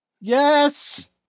Yes